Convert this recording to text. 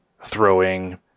throwing